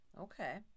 Okay